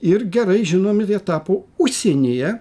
ir gerai žinomi jie tapo užsienyje